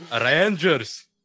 Rangers